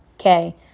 okay